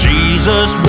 Jesus